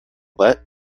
let